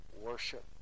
worship